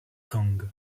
kang